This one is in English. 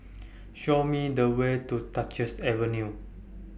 Show Me The Way to Duchess Avenue